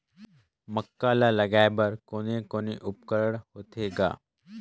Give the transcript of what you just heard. मक्का ला लगाय बर कोने कोने उपकरण होथे ग?